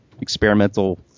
experimental